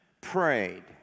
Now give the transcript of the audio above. prayed